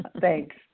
Thanks